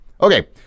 Okay